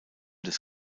des